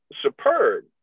superb